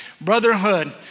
brotherhood